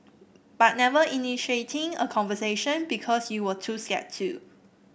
but never initiating a conversation because you were too scared to